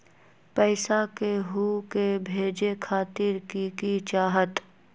पैसा के हु के भेजे खातीर की की चाहत?